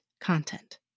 content